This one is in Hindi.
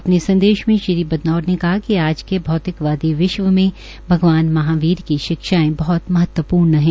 अपने संदेश में श्री बदनौर ने कहा कि आज के औतिकवादी विश्व में भगवान महावीर की शिक्षाएं बहुत महत्व पूर्ण है